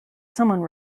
someone